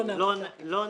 לא נעשתה,